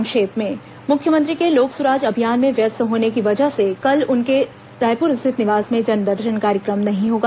संक्षिप्त समाचार मुख्यमंत्री के लोक सुराज अभियान में व्यस्त होने की वजह से कल उनके रायपुर स्थित निवास में जनदर्शन कार्यक्रम नहीं होगा